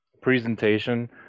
presentation